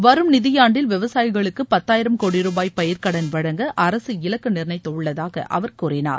வரும் நிதியாண்டில் விவசாயிகளுக்கு பத்தாயிரம் கோடி ருபாய் பயிர்க்கடன் வழங்க அரசு இலக்கு நிர்ணயித்துள்ளதாக அவர் கூறினார்